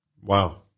Wow